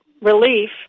relief